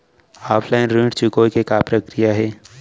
Offline ऋण चुकोय के का प्रक्रिया हे?